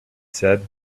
said